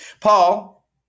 Paul